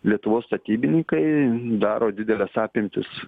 lietuvos statybininkai daro dideles apimtis